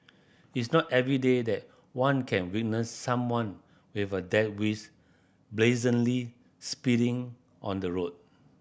it's not everyday that one can witness someone with a death wish brazenly speeding on the road